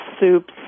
soups